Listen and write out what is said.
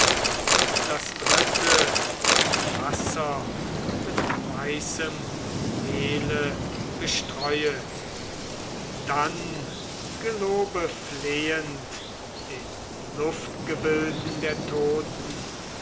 und das dritte von wasser mit weißem mehle bestreuet dann gelobe flehend den luftgebilden der toten